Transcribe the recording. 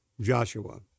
Joshua